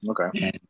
okay